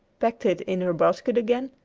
packed it in her basket again,